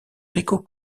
rico